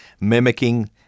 mimicking